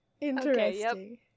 interesting